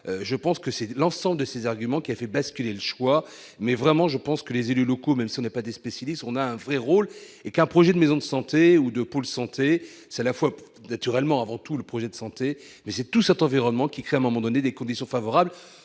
je pense que c'est l'ensemble de ces arguments qui a fait basculer le choix, mais vraiment, je pense que les élus locaux, même ce n'est pas des spécialistes, on a un vrai rôle et puis un projet de maisons de santé ou de Pôle santé s'la fois naturellement avant tout le projet de santé mais c'est tout, certains environnements qui crée un moment donné, des conditions favorables